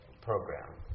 program